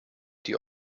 die